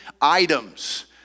items